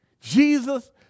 Jesus